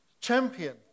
Champion